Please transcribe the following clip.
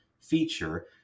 feature